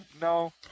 no